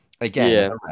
Again